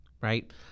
right